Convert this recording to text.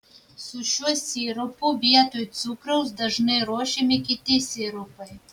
su šiuo sirupu vietoj cukraus dažnai ruošiami kiti sirupai